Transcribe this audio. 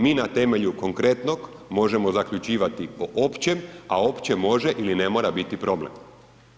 Mi na temelju konkretnog možemo zaključivati po općem, a opće može ili mora biti problem.